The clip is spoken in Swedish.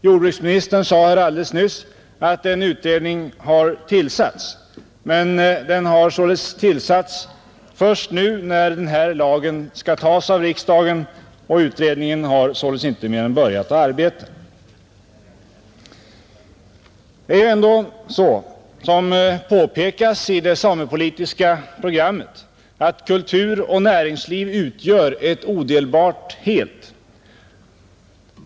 Jordbruksministern sade här alldeles nyss att en utredning har tillsatts, men den har tillsatts först nu när den här lagen skall beslutas av riksdagen, Utredningen har således inte mer än börjat att arbeta, Det är ju ändå så, som påpekas i det samepolitiska programmet, att ”kulturoch näringsliv utgör ett odelbart helt”.